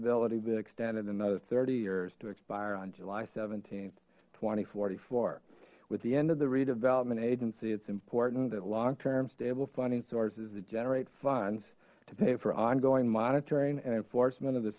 affordability bit extended another thirty years to expire on july seventeen twenty four with the end of the redevelopment agency it's important that long term stable funding sources to generate funds to pay for ongoing monitoring and enforcement of the